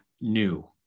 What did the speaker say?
new